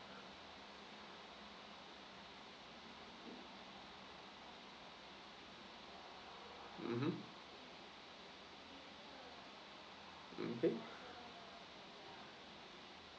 mmhmm mmhmm